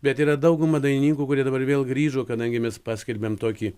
bet yra dauguma dainininkų kurie dabar vėl grįžo kadangi mes paskelbėm tokį